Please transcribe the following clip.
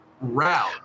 route